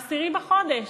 10 בחודש.